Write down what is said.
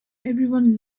everyone